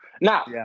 Now